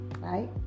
Right